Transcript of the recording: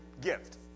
gift